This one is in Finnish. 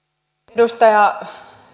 edustaja